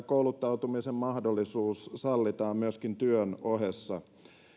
kouluttautumisen mahdollisuus sallitaan myöskin työn ohessa